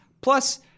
Plus